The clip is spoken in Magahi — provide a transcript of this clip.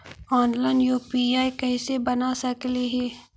ऑनलाइन यु.पी.आई कैसे बना सकली ही?